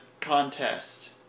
contest